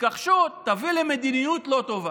התכחשות תביא למדיניות לא טובה,